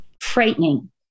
frightening